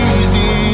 Easy